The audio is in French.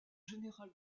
général